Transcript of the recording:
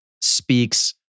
speaks